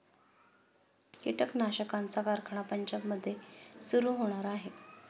कीटकनाशकांचा कारखाना पंजाबमध्ये सुरू होणार आहे